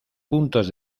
puntos